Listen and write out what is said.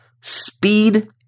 speed